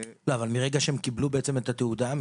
מרגע שהם קיבלו בעצם את התעודה,